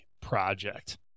project